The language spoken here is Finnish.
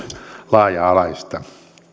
laaja alaista